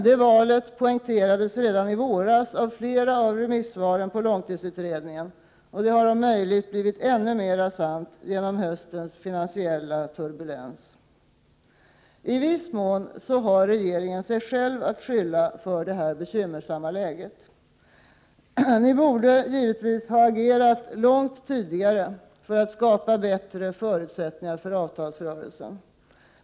Detta poängterades redan i våras i flera av remissvaren på långtidsutredningen, och det har om möjligt blivit ännu mera sant genom höstens finansiella turbulens. I viss mån har regeringen sig själv att skylla för detta bekymmersamma läge. Ni borde givetvis ha agerat långt tidigare för att skapa bättre förutsättningar för avtalsrörelsen.